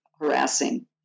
harassing